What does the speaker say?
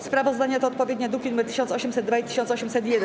Sprawozdania to odpowiednio druki nr 1802 i 1801.